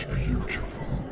beautiful